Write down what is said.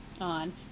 on